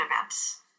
events